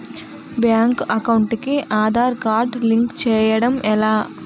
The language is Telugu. బ్యాంక్ అకౌంట్ కి ఆధార్ కార్డ్ లింక్ చేయడం ఎలా?